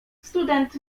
student